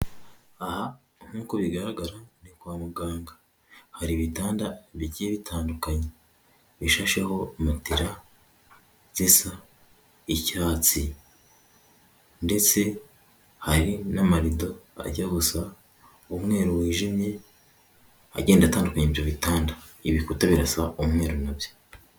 Aha nk'uko bigaragara ni kwa muganga hari ibitanda bigiye bitandukanye, bishashaho matera bisa icyatsi, ndetse hari n'amarido ajya gusa umweru wijimye, agenda andukanya ibyo bitanda, ibikuta birasa umweru nabyo.